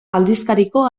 aldizkariko